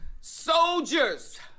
Soldiers